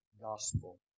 Gospel